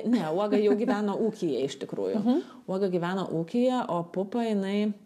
ne uoga jau gyveno ūkyje iš tikrųjų uoga gyveno ūkyje o pupa jinai